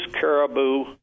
caribou